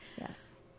Yes